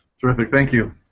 sort of ok thank you.